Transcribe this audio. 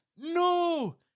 No